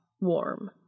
warm